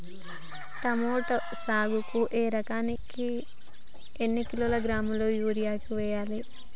Tomato సాగుకు ఒక ఎకరానికి ఎన్ని కిలోగ్రాముల యూరియా వెయ్యాలి?